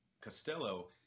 costello